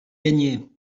gagnés